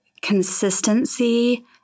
consistency